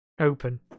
open